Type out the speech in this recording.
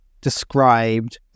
described